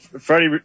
Freddie